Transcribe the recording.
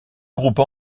groupe